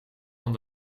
van